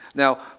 now,